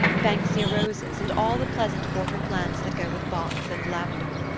banksia roses and all the pleasant border plants that go with box and lavender.